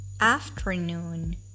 afternoon